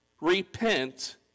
repent